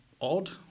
odd